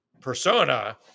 persona